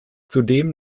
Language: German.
zudem